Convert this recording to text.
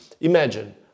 imagine